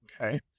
Okay